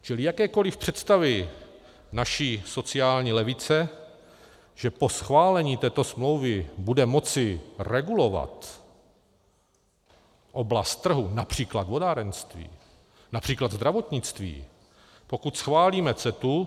Čili jakékoli představy naší sociální levice, že po schválení této smlouvy bude moci regulovat oblast trhu např. vodárenství, např. zdravotnictví, pokud schválíme CETA...